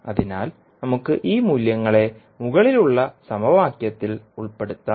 അതിനാൽ നമുക്ക് ഈ മൂല്യങ്ങളെ മുകളിലുള്ള സമവാക്യത്തിൽ ഉൾപ്പെടുത്താം